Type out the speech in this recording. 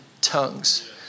tongues